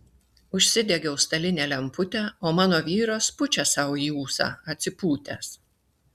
užsidegiau stalinę lemputę o mano vyras pučia sau į ūsą atsipūtęs